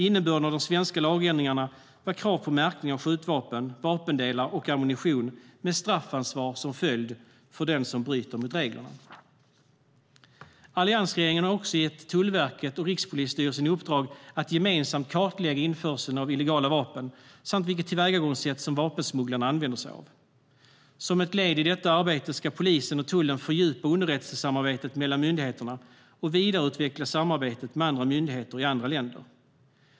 Innebörden av de svenska lagändringarna var krav på märkning av skjutvapen, vapendelar och ammunition med straffansvar som följd för den som bryter mot reglerna. Alliansregeringen har också gett Tullverket och Rikspolisstyrelsen i uppdrag att gemensamt kartlägga införseln av illegala vapen samt vilket tillvägagångssätt som vapensmugglarna använder sig av. Som ett led i detta arbete ska polisen och tullen fördjupa underrättelsesamarbetet mellan myndigheterna och vidareutveckla samarbetet med myndigheter i andra länder.